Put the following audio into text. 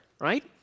right